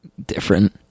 different